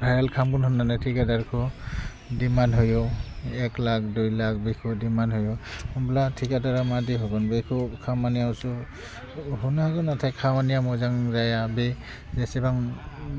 viral खालामगोन होन्नानै थिखादारखौ दिमान्ड होयो एक लाक दुइ लाक बेखौ दिमान्ड होयो होमब्ला थिखादारा मादि होगोन बेखौ खामानियावसो होनांगोन नाथाय खामानिया मजां जाया बे एसेबां